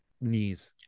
knees